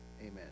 amen